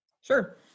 Sure